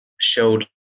showed